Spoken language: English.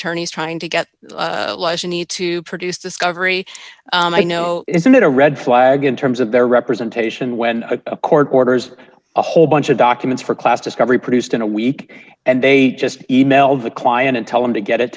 attorneys trying to get the lies you need to produce discovery i know isn't it a red flag in terms of their representation when a court orders a whole bunch of documents for class discovery produced in a week and they just emailed the client and tell them to get it